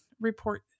report